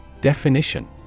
Definition